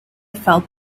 felt